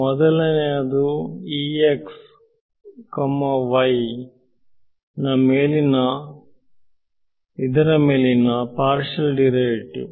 ಮೊದಲನೆಯದು y ನ ಮೇಲಿನ ಪಾರ್ಷಿಯಲ್ ಡಿರೈವೇಟಿವ್